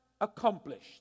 accomplished